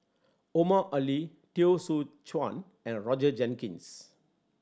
Omar Ali Teo Soon Chuan and Roger Jenkins